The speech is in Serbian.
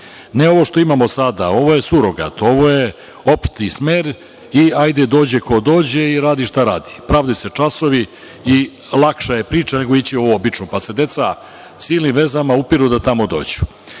Ne ovo što imamo sada, ovo je surogat, ovo je opšti smer, i hajde, dođe ko dođe, i radi šta radi. Pravdaju se časovi i lakša je priča, nego ići ovo obično, pa se deca silnim vezama upiru da tamo